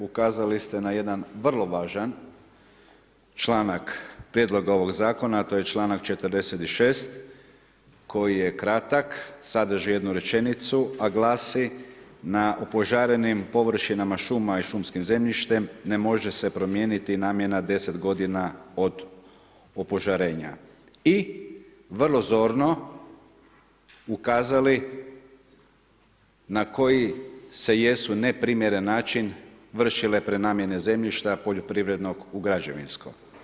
Ukazali ste na jedan vrlo važan članak prijedloga ovog zakona, a to je članak 46. koji je kratak, sadrži jednu rečenicu, a glasi: „Na opožarenim površinama šuma i šumskim zemljištem ne može se promijeniti namjena deset godina od opožarenja“ i vrlo zorno ukazali na koji se jesu neprimjeren način vršile prenamjene zemljišta poljoprivrednog u građevinsko.